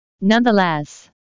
nonetheless